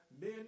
men